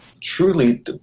truly